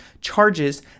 charges